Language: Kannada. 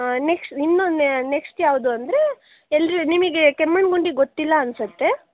ನೆಕ್ಸ್ಟ್ ಇನ್ನೊಂ ನೇ ನೆಕ್ಸ್ಟ್ ಯಾವುದು ಅಂದರೆ ಎಲ್ಲರೂ ನಿಮಗೆ ಕೆಮ್ಮಣ್ಣುಗುಂಡಿ ಗೊತ್ತಿಲ್ಲ ಅನ್ನಿಸ್ಸುತ್ತೆ